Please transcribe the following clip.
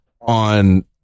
on